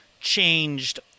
changed